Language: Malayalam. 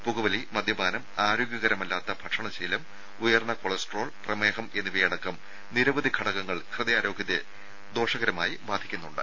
പുകവലി മദ്യപാനം ആരോഗ്യകരമല്ലാത്ത ഭക്ഷണശീലം ഉയർന്ന കൊളസ്ട്രോൾ പ്രമേഹം എന്നിവയടക്കം നിരവധി ഘടകങ്ങൾ ഹൃദയാരോഗ്യത്തെ ദോഷകരമായി ബാധിക്കുന്നുണ്ട്